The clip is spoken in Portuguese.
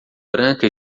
branca